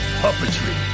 puppetry